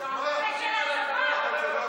זה של הצבא.